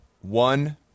One